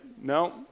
No